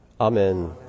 Amen